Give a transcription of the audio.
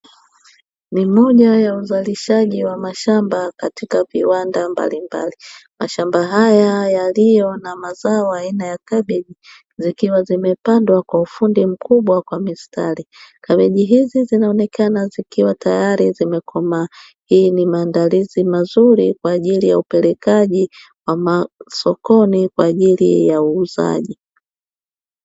Ni moja ya uzalishaji wa mashamba katika viwanda mbalimbali. Mashamba haya yaliyo na mazao aina ya kabeji zikiwa zimepandwa kwa ufundi mkubwa kwa mistari. Kabeji hizi zinaonekana zikiwa tayari zimekomaa. Hii ni maandalizi mazuri kwa ajili ya upelekaji wa masokoni kwa ajili ya uuzaji.